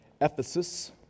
Ephesus